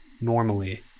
normally